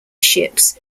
ships